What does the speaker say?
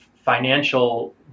financial